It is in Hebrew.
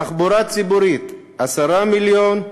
תחבורה ציבורית, 10 מיליון.